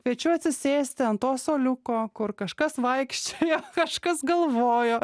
kviečiu atsisėsti ant to suoliuko kur kažkas vaikščiojo kažkas galvojo